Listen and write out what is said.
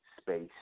space